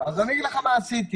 אני אגיד לך מה עשיתי.